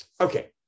Okay